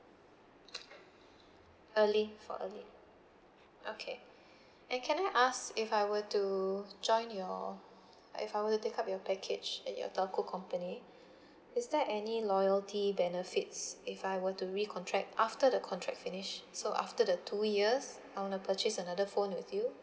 early for early okay and can I ask if I were to join your if I were to take up your package at your telco company is there any loyalty benefits if I were to recontract after the contract finish so after the two years I wanna purchase another phone with you